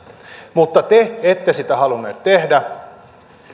mutta te ette sitä halunneet tehdä